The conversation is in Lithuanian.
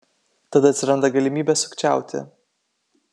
tada atsiranda galimybė sukčiauti